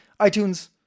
iTunes